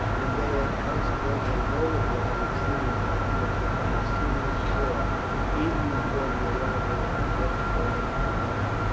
and they had consequently multiplied exceedingly and had become a serious scourge even before the arrival of the fresh bands from the north.